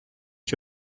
que